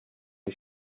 les